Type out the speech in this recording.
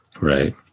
Right